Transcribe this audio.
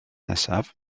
nesaf